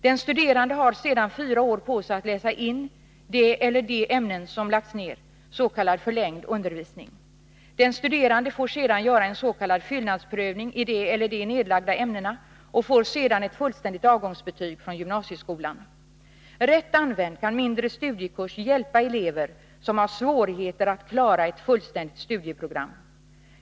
Den studerande har sedan fyra år på sig att läsa in det eller de ämnen som lagts ned, s.k. förlängd undervisning. Den studerande får sedan göra en s.k. fyllnadsprövning i det eller de nedlagda ämnena och får sedan ett fullständigt avgångsbetyg från gymnasieskolan. Rätt använd kan mindre studiekurs hjälpa elever som har svårigheter att klara ett fullständigt studieprogram.